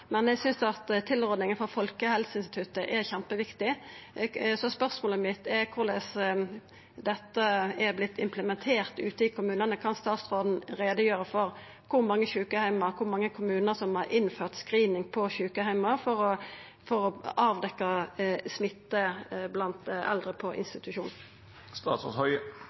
Eg synest tilrådinga frå Folkehelseinstituttet er kjempeviktig, så spørsmålet mitt er korleis dette er vorte implementert ute i kommunane. Kan statsråden gjera greie for kor mange kommunar som har innført screening på sjukeheimar for å avdekka smitte blant eldre på